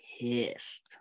pissed